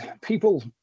people